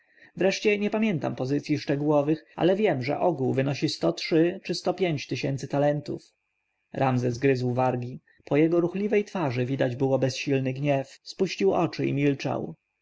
wreszcie nie pamiętam pozycyj szczegółowych ale wiem że ogół wynosi sto trzy czy sto pięć tysięcy talentów ramzes gryzł wargi na jego ruchliwej twarzy widać było bezsilny gniew spuścił oczy i milczał